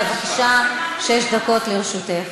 בבקשה, שש דקות לרשותך.